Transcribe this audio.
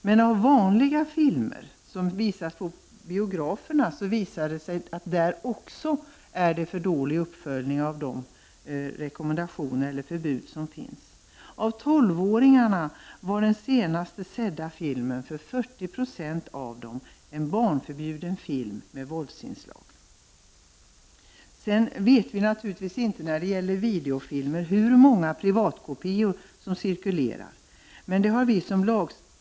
Det har också visat sig att det är för dålig uppföljning av de rekommendationer eller förbud som finns när det gäller vanliga filmer som visas på biograferna. För 40 26 av tolvåringarna var den senaste sedda filmen en barnförbjuden film med våldsinslag. När det gäller videofilmer vet vi naturligtvis inte hur många privatkopior som cirkulerar.